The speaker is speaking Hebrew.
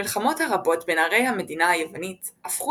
המלחמות הרבות בין ערי המדינה היווניות הפכו